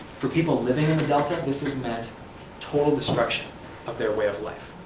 for people living in the delta, this has meant total destruction of their way of life.